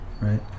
Right